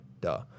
duh